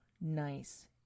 nice